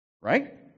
Right